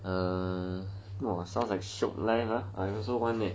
wha sounds like shiok leh I also want leh